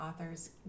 authors